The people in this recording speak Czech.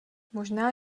možná